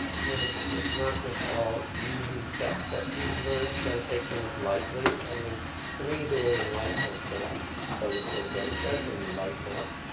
i mean it's it's not just all easy stuff, but you learn to kind of take things lightly. i mean to me, the word enlightenment's kind of a bogus word, but it does mean lighten up,